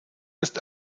ist